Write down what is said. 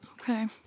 Okay